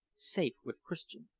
safe with christian.